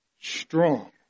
strong